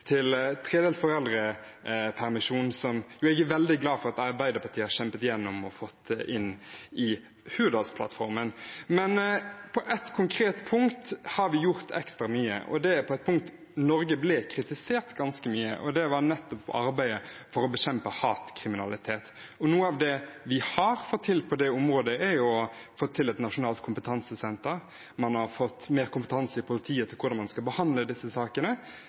til tredelt foreldrepermisjon, som jeg er veldig glad for at Arbeiderpartiet har kjempet for og fått inn i Hurdalsplattformen. På ett konkret punkt har vi gjort ekstra mye, og det er på et punkt hvor Norge ble kritisert ganske mye. Det var nettopp arbeidet for å bekjempe hatkriminalitet. Noe av det vi har fått til på det området, er et nasjonalt kompetansesenter. Man har fått mer kompetanse i politiet om hvordan man skal behandle disse sakene,